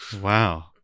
Wow